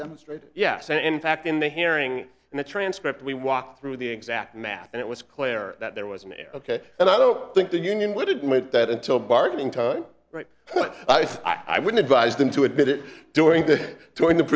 demonstrate yes and in fact in the hearing and the transcript we walked through the exact math and it was clear that there was an error ok and i don't think the union would admit that until bargaining time right but i said i would advise them to admit it during the during the